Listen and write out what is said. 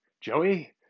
Joey